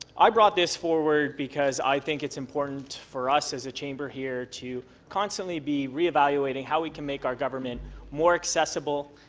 i brought this forward because i think it's important for us as a chamber here to constantly be reevaluateg how we can make our government more accessible,